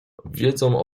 wiedzą